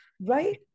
right